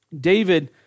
David